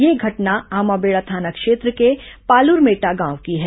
यह घटना आमाबेड़ा थाना क्षेत्र के पालुरमेटा गांव की है